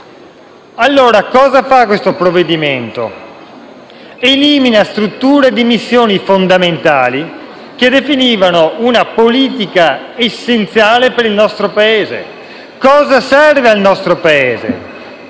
Ebbene, cosa fa questo provvedimento? Elimina strutture di missioni fondamentali che definivano una politica essenziale per il nostro Paese. Cosa serve al nostro Paese?